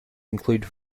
include